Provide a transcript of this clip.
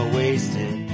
wasted